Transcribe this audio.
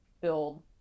build